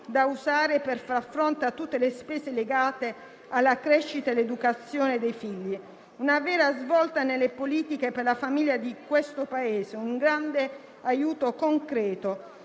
da usare per far fronte a tutte le spese legate alla crescita e all'educazione dei figli. Si tratta di una vera svolta nelle politiche per la famiglia di questo Paese, un grande aiuto concreto.